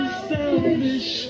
selfish